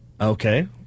Okay